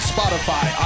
Spotify